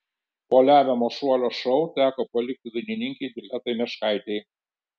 po lemiamo šuolio šou teko palikti dainininkei diletai meškaitei